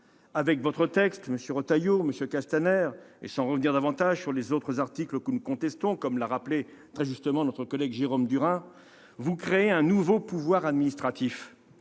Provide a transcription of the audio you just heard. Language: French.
Avec votre texte, monsieur Retailleau, monsieur Castaner, et sans revenir davantage sur les autres articles que nous contestons, comme l'a rappelé très justement notre collègue Jérôme Durain, vous créez un nouveau pouvoir administratif,